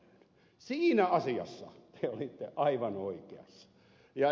siinä asiassa te olitte aivan oikeassa